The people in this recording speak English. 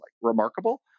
remarkable